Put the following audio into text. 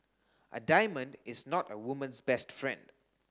a diamond is not a woman's best friend